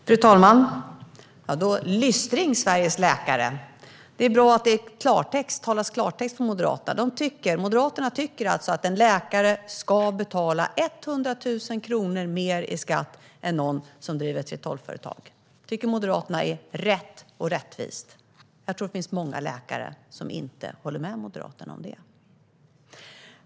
Fru talman! Lystring, Sveriges läkare! Det är bra att Moderaterna talar klartext. Moderaterna tycker alltså att en läkare ska betala 100 000 kronor mer i skatt än någon som driver ett 3:12-företag. Detta tycker Moderaterna är rätt och rättvist. Jag tror dock att det finns många läkare som inte håller med om det.